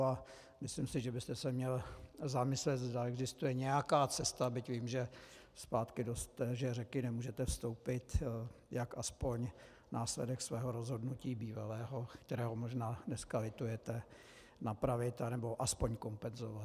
A myslím, že byste se měl zamyslet, zda existuje nějaká cesta, byť vím, že zpátky do téže řeky nemůžete vstoupit, jak aspoň následek svého bývalého rozhodnutí, kterého možná dneska litujete, napravit, nebo aspoň kompenzovat.